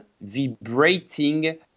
vibrating